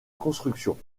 construction